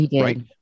right